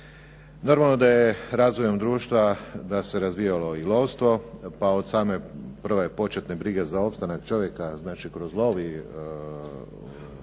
Normalno da je razvojem društva da se razvijalo i lovstvo, pa od same prve početne brige za opstanak čovjeka, znači kroz lov